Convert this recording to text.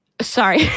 Sorry